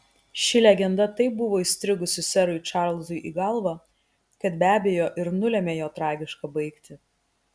ši legenda taip buvo įstrigusi serui čarlzui į galvą kad be abejo ir nulėmė jo tragišką baigtį